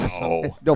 No